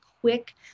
quick